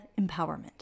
Empowerment